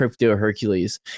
Hercules